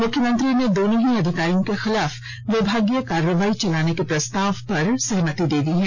मुख्यमंत्री ने दोनों ही अधिकारियों के खिलाफ विभागीय कार्रवाई चलाने के प्रस्ताव पर सहमति दे दी है